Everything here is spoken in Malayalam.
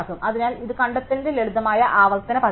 അതിനാൽ ഇത് കണ്ടെത്തലിന്റെ ലളിതമായ ആവർത്തന പതിപ്പാണ്